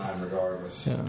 regardless